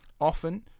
Often